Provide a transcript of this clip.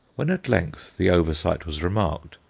when at length the oversight was remarked,